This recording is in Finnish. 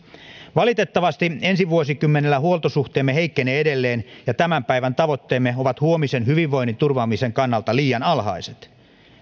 valitettavasti ensi vuosikymmenellä huoltosuhteemme heikkenee edelleen ja tämän päivän tavoitteemme ovat huomisen hyvinvoinnin turvaamisen kannalta liian alhaiset